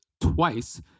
twice